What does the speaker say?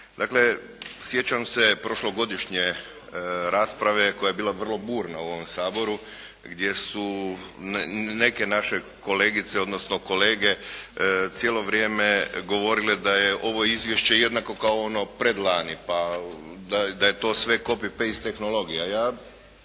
Dakle, sjećam se prošlogodišnje rasprave koja je bila vrlo burna u ovom Saboru gdje su neke naše kolegice odnosno kolege cijelo vrijeme govorile da je ovo izvješće jednako kao ono predlani, pa da je to sve copy, paste tehnologija.